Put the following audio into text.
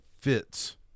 fits